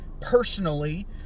personally